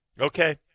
Okay